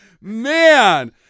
man